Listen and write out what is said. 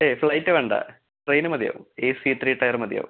ഹേ flight വേണ്ട train മതിയാവും A C three tier മതിയാവും